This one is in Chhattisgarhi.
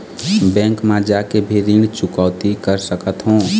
बैंक मा जाके भी ऋण चुकौती कर सकथों?